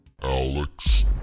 Alex